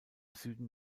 süden